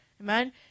Amen